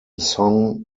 song